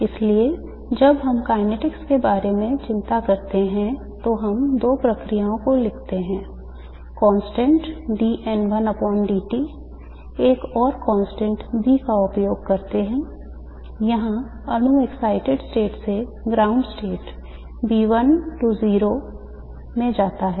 इसलिए जब हम kinetics के बारे में चिंता करते हैं जब हम दो प्रक्रियाओं को लिखते हैं constant d N1dt एक और constant B का उपयोग करते हैं जहां अणु excited state से ground state में जाता है